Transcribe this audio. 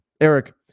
Eric